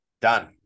Done